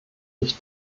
ich